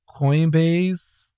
Coinbase